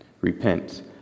Repent